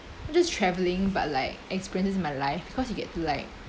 just traveling but like experiences in my life because you get to like